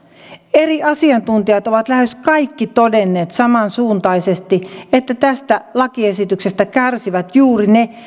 eri asiantuntijat ovat lähes kaikki todenneet samansuuntaisesti että tästä lakiesityksestä kärsivät juuri ne